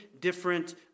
different